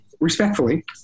respectfully